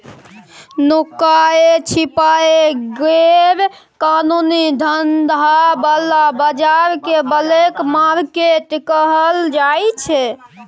नुकाए छिपाए गैर कानूनी धंधा बला बजार केँ ब्लैक मार्केट कहल जाइ छै